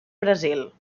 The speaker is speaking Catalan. brasil